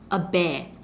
a bear